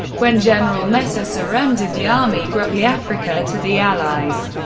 when general messe ah surrendered the armeegruppe afrika to the allies.